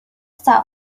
saw